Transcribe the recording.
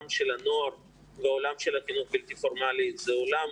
של הנוער והעולם של החינוך הבלתי פורמלי זה עולם